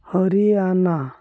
Haryana